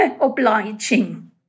obliging